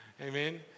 amen